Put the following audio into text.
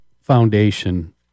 foundation